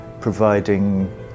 providing